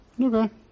Okay